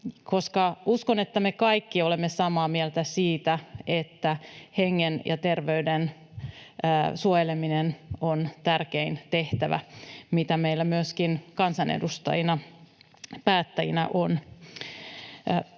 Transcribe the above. uskon, että me kaikki olemme samaa mieltä siitä, että hengen ja terveyden suojeleminen on tärkein tehtävä, mitä meillä myöskin kansanedustajina, päättäjinä, on.